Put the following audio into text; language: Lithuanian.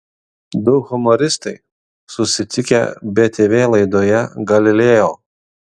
du humoristai susitikę btv laidoje galileo